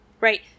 Right